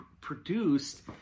produced